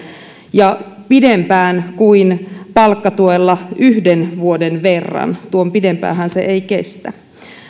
ja pidempään kuin palkkatuella yhden vuoden verran tuon pidempäänhän se ei kestä